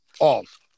off